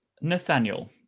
nathaniel